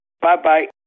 Bye-bye